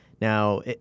Now